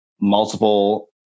multiple